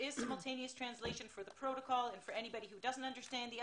יש תרגום סימולטני לכל מי שלא מבין את השפה.